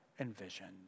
envisioned